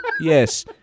yes